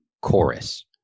Chorus